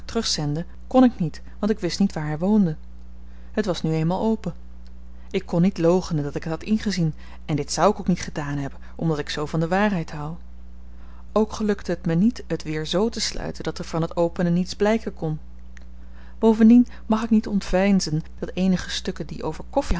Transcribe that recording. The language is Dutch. terugzenden kon ik niet want ik wist niet waar hy woonde het was nu eenmaal open ik kon niet loochenen dat ik t had ingezien en dit zou ik ook niet gedaan hebben omdat ik zoo van de waarheid houd ook gelukte t me niet het weer z te sluiten dat er van t openen niets blyken kon bovendien mag ik niet ontveinzen dat eenige stukken die over koffi